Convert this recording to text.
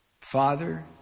Father